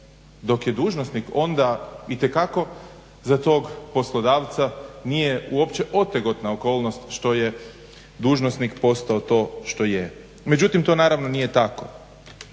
dok je dužnosnik, onda itekako za tog poslodavca nije uopće otegotna okolnost što je dužnosnik postao to što je. Međutim, to naravno nije tako.